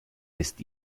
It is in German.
ist